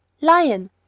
lion